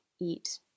eat